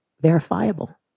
verifiable